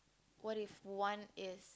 what if one is